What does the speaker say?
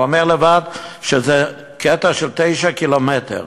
הוא עצמו אומר שזה קטע של 9 קילומטר.